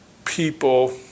people